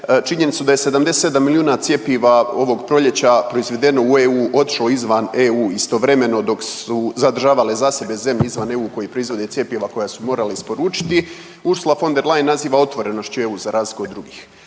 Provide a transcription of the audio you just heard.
činjenicu da je 77 milijuna cjepiva ovog proljeća proizvedeno u EU otišlo izvan EU istovremeno, dok su zadržavale za sebe zemlje izvan EU koje proizvode cjepiva, koja su morali isporučiti, Ursula von der Leyen naziva otvorenošću EU za razliku od drugih,